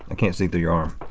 i can't see through your arm.